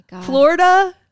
florida